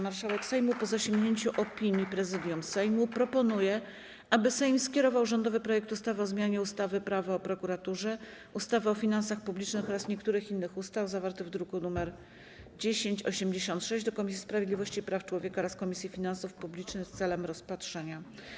Marszałek Sejmu, po zasięgnięciu opinii Prezydium Sejmu, proponuje, aby Sejm skierował rządowy projekt ustawy o zmianie ustawy - Prawo o prokuraturze, ustawy o finansach publicznych oraz niektórych innych ustaw, zawarty w druku nr 1086, do Komisji Sprawiedliwości i Praw Człowieka oraz Komisji Finansów Publicznych w celu rozpatrzenia.